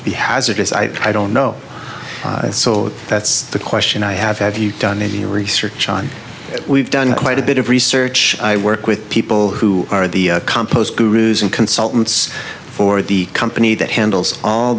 to be hazardous i don't know so that's the question i have have you done any research on we've done quite a bit of research i work with people who are the compost gurus and consultants for the company that handles all